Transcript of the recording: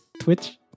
Twitch